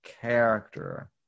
character